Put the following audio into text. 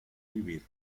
vivir